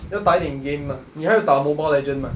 要打一点 game 吗你还有打 mobile legend 吗